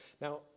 Now